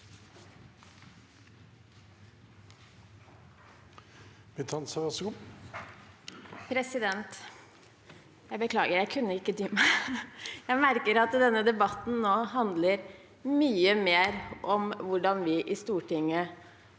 Jeg beklager, jeg kunne ikke dy meg. Jeg merker at denne debatten nå handler mye mer om hvordan vi i Stortinget